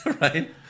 right